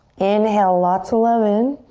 inhale lots of love in.